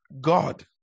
God